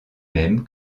même